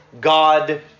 God